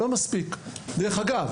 דרך אגב,